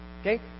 okay